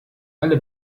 alle